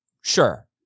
Sure